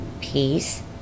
peace